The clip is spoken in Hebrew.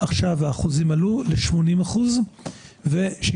עכשיו האחוזים עלו ל-80% ו-65%.